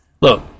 Look